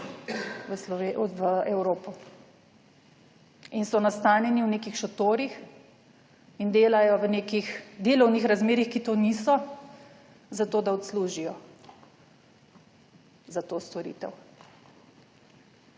v Evropo in so nastanjeni v nekih šotorih in delajo v nekih delovnih razmerjih, ki to niso za to, da odslužijo za to storitev.